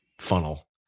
funnel